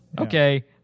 Okay